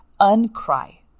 uncry